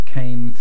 came